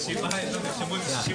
הישיבה ננעלה בשעה